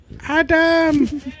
Adam